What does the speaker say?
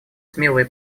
смелые